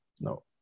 no